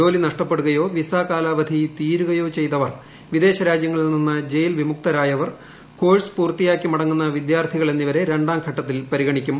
ജോലി നഷ്ടപ്പെടുകയോ പ്പ് വിസ കാലാവധി തീരുകയോ ചെയ്തവർ വിദേശ രാജ്യങ്ങളിൽ നിന്ന് ജയിൽ വിമുക്തരായവർ കോഴ്സ് പൂർത്തിയാക്കിം ്മടങ്ങുന്ന വിദ്യാർത്ഥികൾ എന്നിവരെ രണ്ടാംഘട്ടത്തിൽ പരിഗണ്ിക്കും